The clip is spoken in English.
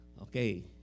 Okay